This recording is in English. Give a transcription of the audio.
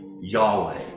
Yahweh